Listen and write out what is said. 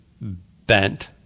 bent